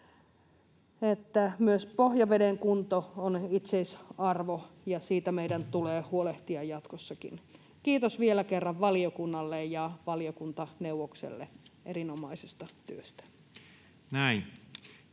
myös pohjaveden kunto on itseisarvo ja siitä meidän tulee huolehtia jatkossakin. Kiitos vielä kerran valiokunnalle ja valiokuntaneuvokselle erinomaisesta työstä.